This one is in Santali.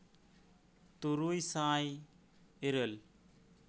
ᱛᱩᱨᱩᱭ ᱥᱟᱭ ᱤᱨᱟᱹᱞ